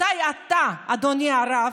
מתי אתה, אדוני הרב,